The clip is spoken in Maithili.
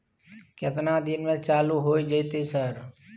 केतना दिन में चालू होय जेतै सर?